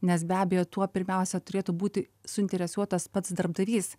nes be abejo tuo pirmiausia turėtų būti suinteresuotas pats darbdavys